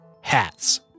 hats